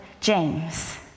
James